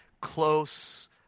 close